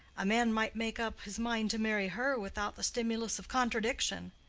a man might make up his mind to marry her without the stimulus of contradiction.